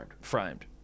framed